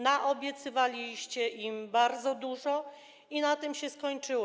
Naobiecywaliście bardzo dużo i na tym się skończyło.